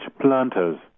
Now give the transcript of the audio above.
planters